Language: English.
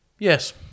Yes